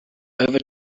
over